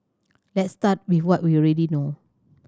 let's start with what we already know